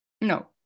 No